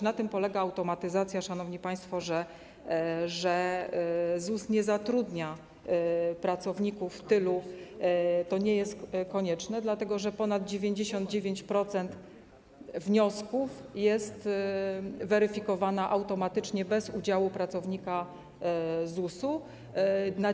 Na tym polega automatyzacja, szanowni państwo, że ZUS nie zatrudnia tylu pracowników, to nie jest konieczne, dlatego że ponad 99% wniosków jest weryfikowane automatycznie, bez udziału pracownika ZUS-u.